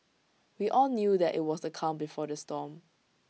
we all knew that IT was the calm before the storm